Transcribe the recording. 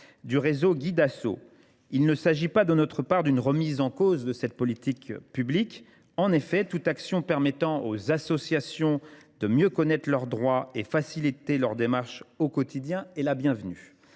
Guid’Asso. Il ne s’agit pas de notre part d’une remise en cause de cette politique publique : en effet, toute action permettant aux associations de mieux connaître leurs droits et de faciliter leurs démarches au quotidien est bienvenue.